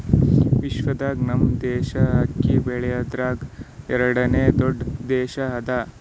ವಿಶ್ವದಾಗ್ ನಮ್ ದೇಶ ಅಕ್ಕಿ ಬೆಳಸದ್ರಾಗ್ ಎರಡನೇ ದೊಡ್ಡ ದೇಶ ಅದಾ